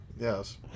yes